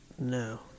No